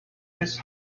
this